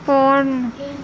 porn